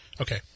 Okay